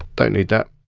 don't need that,